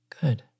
Good